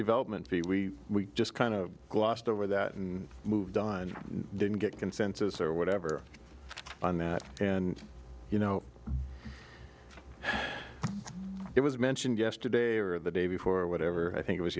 development be we we just kind of glossed over that and moved on and didn't get consensus or whatever on that and you know it was mentioned yesterday or the day before or whatever i think it was